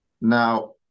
Now